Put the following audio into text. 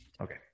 Okay